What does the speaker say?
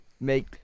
make